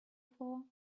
floor